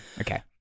Okay